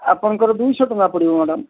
ଆପଣଙ୍କର ଦୁଇଶହ ଟଙ୍କା ପଡ଼ିବ ମ୍ୟାଡ଼ାମ୍